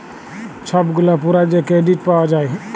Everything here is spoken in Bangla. ছব গুলা পুরা যে কেরডিট পাউয়া যায়